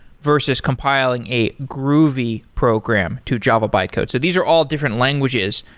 versus compiling a groovy program to java bytecode. so these are all different languages.